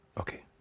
okay